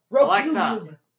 Alexa